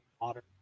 modern